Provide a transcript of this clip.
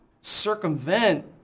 circumvent